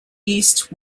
east